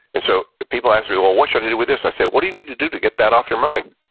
and so people ask me, well, what should i do with this? i say, what do you need to do to get that off your mind?